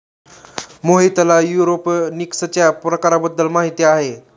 मोहितला एरोपोनिक्सच्या प्रकारांबद्दल माहिती आहे